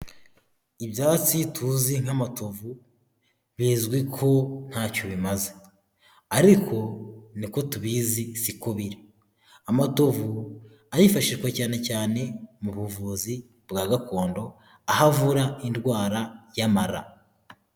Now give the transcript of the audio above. ibyatsi tuzi nk'amatovu bizwi ko ntacyo bimaze. Ariko niko tubizi siko biri amatovu arifashishwa cyane cyane mu buvuzi bwa gakondo aho avura indwara y'amara.